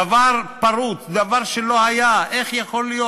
דבר פרוץ, דבר שהיה, איך יכול להיות?